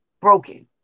broken